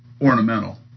ornamental